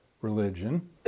religion